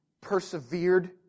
persevered